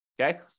Okay